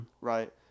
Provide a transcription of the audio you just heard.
Right